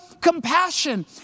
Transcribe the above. compassion